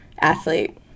athlete